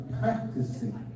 practicing